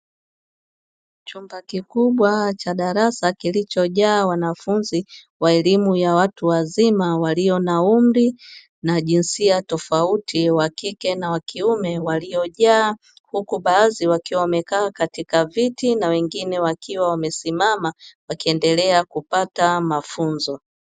Chumba kikubwa cha darasa kilichojaa wanafunzi wa elimu ya watu wazima walio wa na umri na jinsia tofauti (wa kike na wa kiume) waliojaa, huku baadhi wakiwa wamekaa katika viti na wengine wakiwa wamesimama wakiendelea kupata mafunzo.